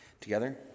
together